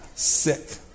sick